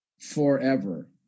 forever